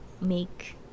make